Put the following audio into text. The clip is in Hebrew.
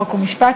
חוק ומשפט,